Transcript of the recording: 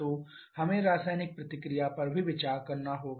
तो हमें रासायनिक प्रतिक्रिया पर भी विचार करना होगा